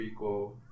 prequel